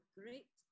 great